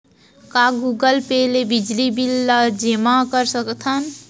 का Google Pay ले बिजली बिल ल जेमा कर सकथन?